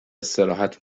استراحت